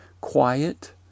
quiet